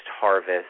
harvest